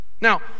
Now